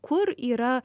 kur yra